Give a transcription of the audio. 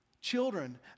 Children